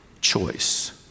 choice